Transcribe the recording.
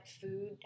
food